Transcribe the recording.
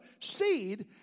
seed